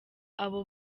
abo